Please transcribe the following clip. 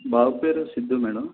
బాబు పేరు సిద్ధు మేడం